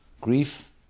Grief